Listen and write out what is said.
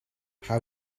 how